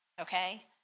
Okay